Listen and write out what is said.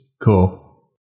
Cool